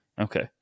Okay